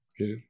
okay